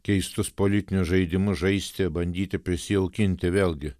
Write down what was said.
keistus politinius žaidimus žaisti bandyti prisijaukinti vėlgi